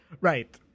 Right